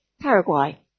Paraguay